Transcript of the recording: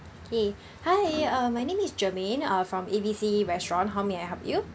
okay hi uh my name is germaine uh from A B C restaurant how may I help you